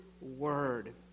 word